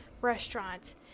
restaurant